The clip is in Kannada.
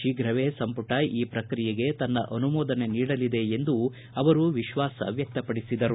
ಶೀಘ್ರವೇ ಸಂಪುಟ ಈ ಪ್ರಕ್ರಿಯೆಗೆ ತನ್ನ ಅನುಮೋದನೆ ನೀಡಲಿದೆ ಎಂದು ಅವರು ವಿಶ್ವಾಸ ವ್ವಕ್ತಪಡಿಸಿದರು